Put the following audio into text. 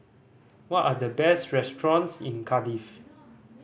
what are the best restaurants in Cardiff